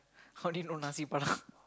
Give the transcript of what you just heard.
how do you know Nasi-Padang